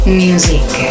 music